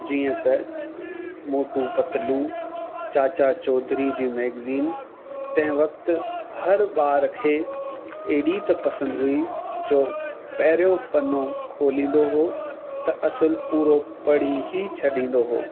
जीअं त मोटू पतलू चाचा चौधरी जी मैगज़ीन तंहिं वक़्तु हर ॿार खे अहिड़ी त पसंदि हुई जो पहिरियों पनो खोलींदो हुओ त असुलु पूरो पढ़ी ई छॾींदो हुओ